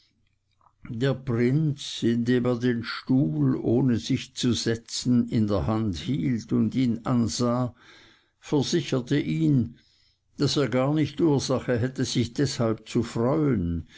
der prinz indem er den stuhl ohne sich zu setzen in der hand hielt und ihn ansah versicherte ihn daß er gar nicht ursache hätte sich deshalb zu freuen